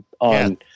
on